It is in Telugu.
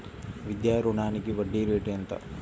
విద్యా రుణానికి వడ్డీ రేటు ఎంత?